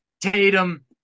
Tatum